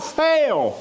fail